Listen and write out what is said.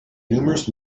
numerous